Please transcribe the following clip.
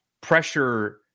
pressure